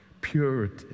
purity